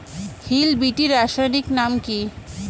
Hill বিটি রাসায়নিক নাম কি?